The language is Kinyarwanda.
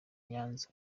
nyanza